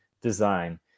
design